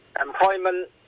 employment